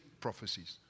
prophecies